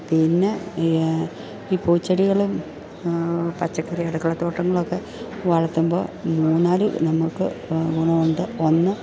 പിന്നെ ഈ പൂച്ചെടികളും പച്ചക്കറി അടുക്കളത്തോട്ടങ്ങളൊക്കെ വളർത്തുമ്പോൾ മൂന്നാല് നമുക്ക് ഗുണമുണ്ട് ഒന്ന്